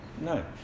No